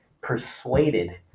persuaded